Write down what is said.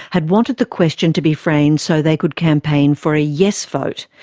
had wanted the question to be framed so they could campaign for a yes vote,